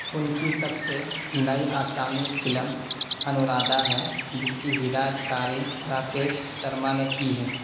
ان کی سب سے نئی آسامی فلم انورادھا ہے جس کی ہدایت کاری راکیش شرما نے کی ہے